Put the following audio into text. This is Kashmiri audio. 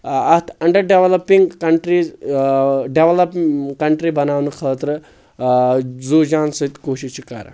اَتھ under developing countries develop country بناونہٕ خٲطرٕ زو جانہٕ سۭتۍ کوٗشش چھِ کران